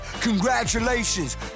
Congratulations